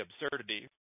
absurdity